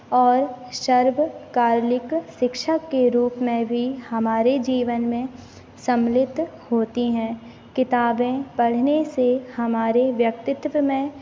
और सर्व कार्लिक शिक्षक के रूप में भी हमारे जीवन में सम्मिलित होती हैं किताबें पढ़ने से हमारे व्यक्तित्व में